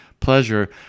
pleasure